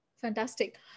Fantastic